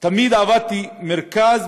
תמיד עבדתי במרכז,